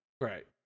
Right